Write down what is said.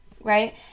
Right